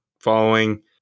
following